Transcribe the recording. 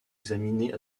examiner